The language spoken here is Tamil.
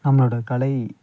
நம்மளோடய கலை